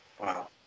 Wow